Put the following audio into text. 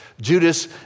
Judas